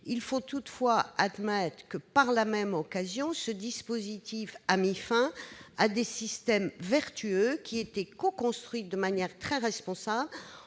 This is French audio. il faut toutefois admettre que, par la même occasion, ce dispositif a mis fin à des systèmes vertueux, qui étaient coconstruits de manière responsable